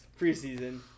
preseason